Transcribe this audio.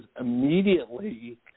immediately